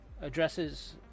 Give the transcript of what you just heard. addresses